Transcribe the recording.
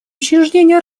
учреждений